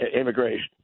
immigration